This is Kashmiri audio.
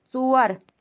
ژور